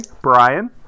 Brian